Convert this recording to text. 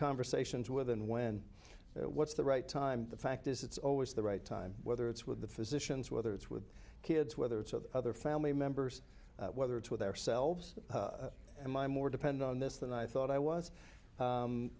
conversations with and when what's the right time the fact is it's always the right time whether it's with the physicians whether it's with kids whether it's of the other family members whether it's with ourselves and my more depend on this than i thought i was